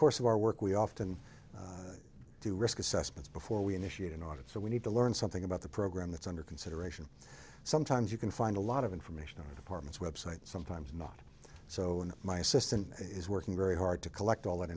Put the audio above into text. course of our work we often do risk assessments before we initiate an audit so we need to learn something about the program that's under consideration sometimes you can find a lot of information out of apartments website sometimes not so in my assistant is working very hard to collect all that